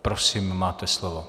Prosím, máte slovo.